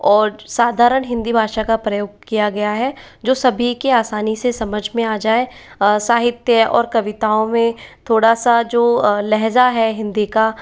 और साधारण हिंदी भाषा का प्रयोग किया गया है जो सभी के आसानी से समझ में आ जाए साहित्य और कविताओं में थोड़ा सा जो लहज़ा है हिंदी का